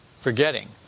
forgetting